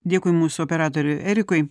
dėkui mūsų operatoriui erikui